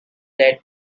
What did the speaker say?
led